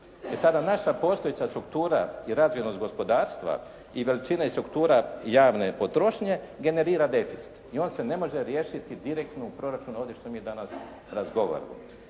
sada naša postojeća struktura i razvijenost gospodarstva i veličine struktura javne potrošnje generira deficit i on se ne može riješiti direktno u proračunu ovdje što mi danas razgovaramo.